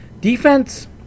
Defense